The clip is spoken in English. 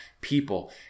people